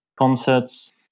concerts